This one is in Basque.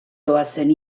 doazen